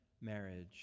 marriage